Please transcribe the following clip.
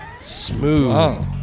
Smooth